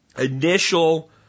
initial